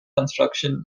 construction